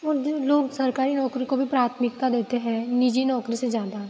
और जो लोग सरकारी नौकरी को भी प्राथमिकता देते हैं निजी नौकरी से ज़्यादा